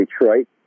Detroit